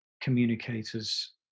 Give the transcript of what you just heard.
communicators